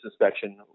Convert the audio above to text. inspection